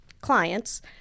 clients